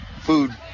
food